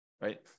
right